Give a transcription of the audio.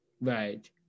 Right